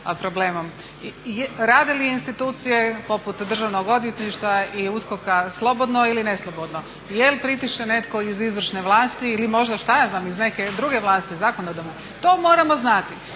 Rade li institucije poput Državnog odvjetništva i USKOK-a slobodno ili neslobodno, je li pritišće netko iz izvršne vlasti ili možda iz neke druge vlasti, zakonodavne. To moramo znati.